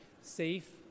Safe